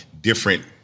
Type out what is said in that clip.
different